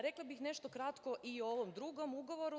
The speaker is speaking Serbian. Rekla bih nešto kratko i o ovom drugom ugovoru.